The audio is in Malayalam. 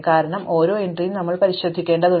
കാരണം ഓരോ എൻട്രിയും ഞങ്ങൾ പരിശോധിക്കേണ്ടതുണ്ട്